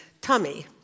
tummy